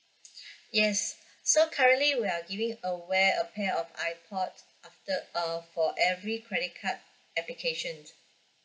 yes so currently we are giving away a pair of ipod after uh for every credit card application